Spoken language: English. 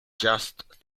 just